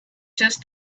just